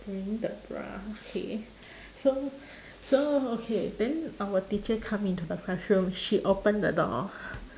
wearing the bra okay so so okay then our teacher come in to the classroom she open the door